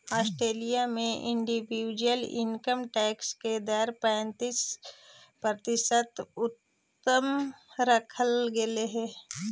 Australia में individual income tax के दर पैंतालीस प्रतिशत उच्चतम रखल गेले हई